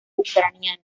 ucraniano